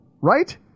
right